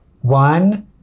One